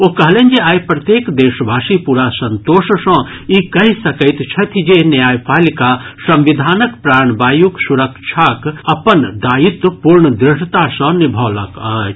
ओ कहलनि जे आइ प्रत्येक देशवासी पूरा संतोष सँ ई कहि सकैत छथि जे न्यायपालिका संविधानक प्राणवायुक सुरक्षाक अपन दायित्व पूर्ण दृढ़ता सँ निभौलक अछि